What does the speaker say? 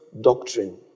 doctrine